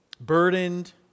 burdened